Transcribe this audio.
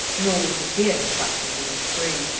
nor would the deer touch it in the spring,